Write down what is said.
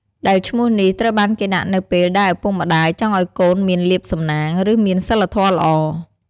ដែលឈ្មោះនេះ ត្រូវបានគេដាក់នៅពេលដែលឪពុកម្តាយចង់ឲ្យកូនមានលាភសំណាង ឬមានសីលធម៌ល្អ។